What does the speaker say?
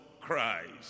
Christ